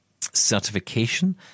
certification